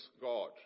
God